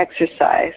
exercise